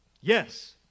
Yes